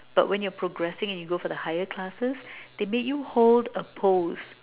but when you're progressing and you go for the higher classes they make you hold a pose